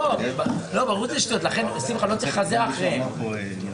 לא רק רוצים לדעת איך זה יתכתב עם יסודות העבירה הנוכחיים וכו'.